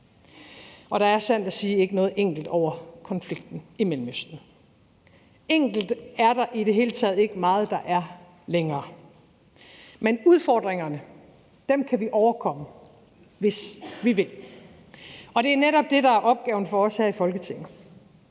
og der er sandt at sige ikke noget enkelt over konflikten i Mellemøsten. Enkelt er der i det hele taget ikke meget, der er længere, men udfordringerne kan vi overkomme, hvis vi vil. Det er netop det, der er opgaven for os her i Folketinget: